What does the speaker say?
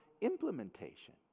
implementation